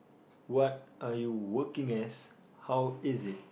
what are you working as how is it